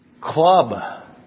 club